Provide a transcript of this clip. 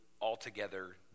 altogether